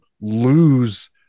lose